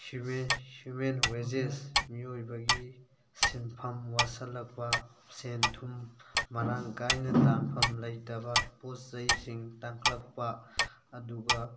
human human wages ꯃꯤꯑꯣꯏꯕꯒꯤ ꯁꯤꯟꯐꯝ ꯋꯥꯠꯁꯜꯂꯛꯄ ꯁꯦꯜ ꯊꯨꯝ ꯃꯔꯥꯡ ꯀꯥꯏꯅ ꯇꯥꯟꯐꯝ ꯂꯩꯇꯕ ꯄꯣꯠꯆꯩꯁꯤꯡ ꯇꯥꯡꯈꯠꯂꯛꯄ ꯑꯗꯨꯒ